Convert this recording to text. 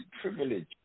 privilege